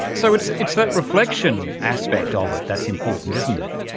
so it's it's that reflection aspect of it that's important, isn't it.